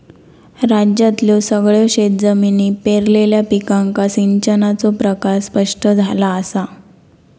राज्यातल्यो सगळयो शेतजमिनी पेरलेल्या पिकांका सिंचनाचो प्रकार स्पष्ट झाला असा